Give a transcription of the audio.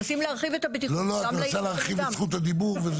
מנסים להרחיב את הבטיחות גם ל --- לא,